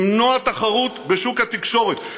למנוע תחרות בשוק התקשורת.